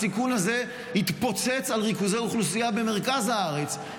הסיכון הזה יתפוצץ על ריכוזי אוכלוסייה במרכז הארץ.